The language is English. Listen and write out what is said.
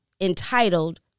entitled